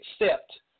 accept